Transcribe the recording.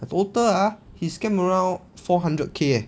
total ah he scam around four hundred K eh